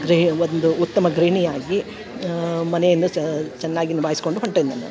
ಗ್ರಹಿ ಒಂದು ಉತ್ತಮ ಗ್ರಹಿಣಿಯಾಗಿ ಮನೆಯನ್ನು ಸ ಚೆನ್ನಾಗಿ ನಿಭಾಯಿಸ್ಕೊಂಡು ಹೊಂಟೆನೆ ನಾನು